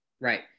Right